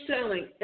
selling